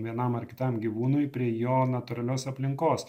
vienam ar kitam gyvūnui prie jo natūralios aplinkos